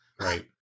Right